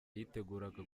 yiteguraga